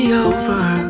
over